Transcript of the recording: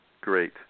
Great